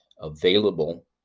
available